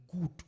good